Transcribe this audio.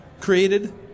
created